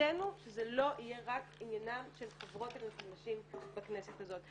מחובתנו שזה לא יהיה רק עניינן של חברות הכנסת נשים בכנסת הזאת.